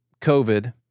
COVID